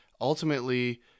ultimately